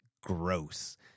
gross